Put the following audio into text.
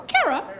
Kara